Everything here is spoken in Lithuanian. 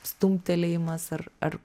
stumtelėjimas ar ar